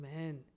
amen